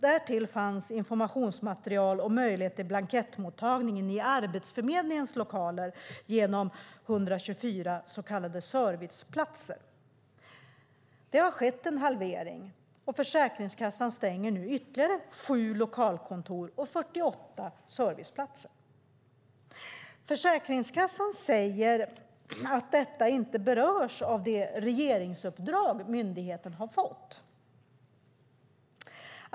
Därtill fanns informationsmaterial och möjlighet till blankettmottagning i Arbetsförmedlingens lokaler genom 124 så kallade serviceplatser. Det har skett en halvering, och Försäkringskassan stänger nu ytterligare 7 lokalkontor och 48 serviceplatser. Försäkringskassan säger att detta inte berörs av det regeringsuppdrag myndigheten har fått.